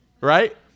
right